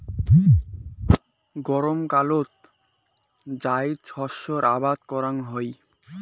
গরমকালত জাইদ শস্যের আবাদ করাং হই